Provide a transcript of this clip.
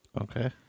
Okay